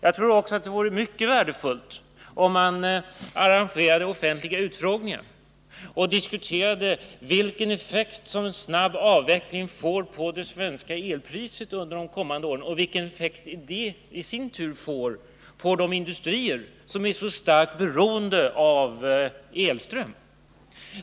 Jag tror också det vore mycket värdefullt om man arrangerade offentliga utfrågningar och diskuterade vilken effekt en snabb avveckling får på det svenska elpriset under de kommande åren och vilken effekt det i sin tur får på de industrier som är så starkt beroende av elström.